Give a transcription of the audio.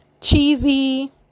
cheesy